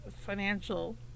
financial